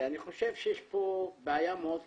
ואני חושב שיש פה בעיה מאוד קשה,